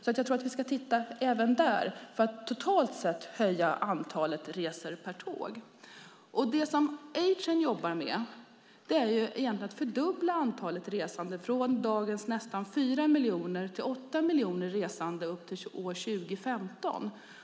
Jag tror att vi ska titta även på det för att totalt sett höja antalet resor med tåg. Vad A-Train jobbar med är egentligen att fördubbla antalet resande från dagens nästan fyra miljoner till åtta miljoner fram till år 2015.